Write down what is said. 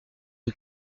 eut